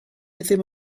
ddim